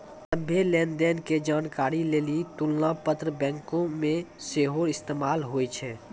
सभ्भे लेन देन के जानकारी लेली तुलना पत्र बैंको मे सेहो इस्तेमाल होय छै